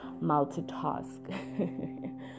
multitask